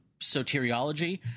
soteriology